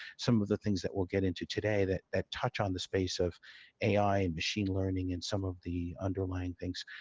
some of the things that we'll get into today that that touch on the space of ai and machine learning in some of the underlying things.